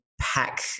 pack